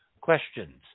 questions